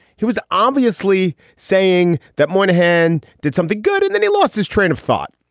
he was obviously saying that moynihan did something good and then he lost his train of thought.